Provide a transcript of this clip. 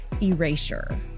erasure